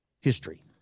history